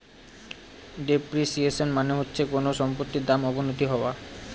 depreciation মানে হচ্ছে কোনো সম্পত্তির দাম অবনতি হওয়া